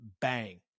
bang